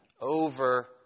over